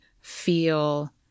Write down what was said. feel